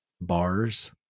bars